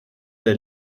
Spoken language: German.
der